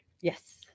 Yes